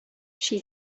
she